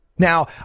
Now